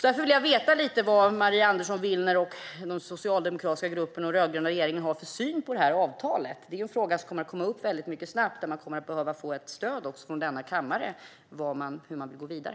Därför vill jag veta lite grann vad Maria Andersson Willner, den socialdemokratiska gruppen och den rödgröna regeringen har för syn på detta avtal. Det är en fråga som kommer att komma upp snart, och då kommer man att behöva få ett stöd från denna kammare när det gäller hur man ska gå vidare.